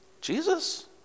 Jesus